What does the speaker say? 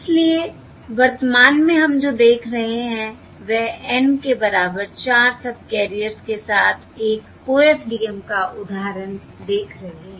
इसलिए वर्तमान में हम जो देख रहे हैं वह N के बराबर 4 सबकैरियर्स के साथ एक OFDM का उदाहरण देख रहे हैं